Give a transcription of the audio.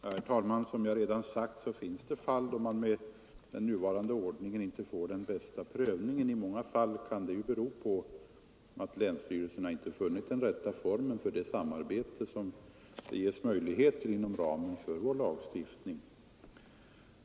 Herr talman! Som jag redan sagt finns det fall där man med nuvarande ordning inte får den bästa prövningen av ansökningsärendena, och många gånger kan detta bero på att länsstyrelserna inte funnit den rätta formen för det samarbete som möjliggörs inom ramen av vår lagstiftning.